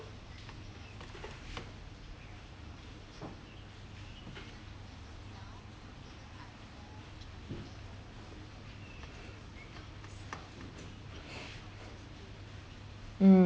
mm